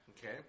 Okay